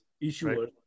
issuer